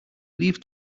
leave